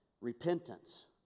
Repentance